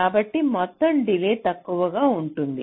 కాబట్టి మొత్తం డిలే తక్కువగా ఉంటుంది